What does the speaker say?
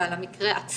ועל המקרה עצמו,